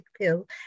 pill